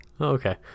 Okay